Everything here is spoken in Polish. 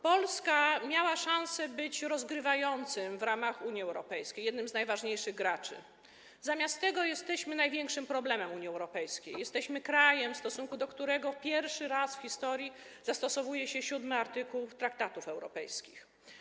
Polska miała szansę być rozgrywającym w ramach Unii Europejskiej, jednym z najważniejszych graczy, zamiast tego jesteśmy największym problemem Unii Europejskiej, jesteśmy krajem, w stosunku do którego pierwszy raz w historii stosuje się art. 7 traktatów europejskich.